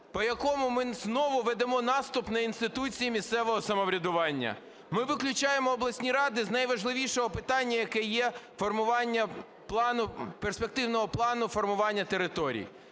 по якому ми знову ведемо наступ на інституції місцевого самоврядування. Ми виключаємо обласні ради з найважливішого питання, яке є, – формування перспективного плану формування територій.